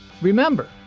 remember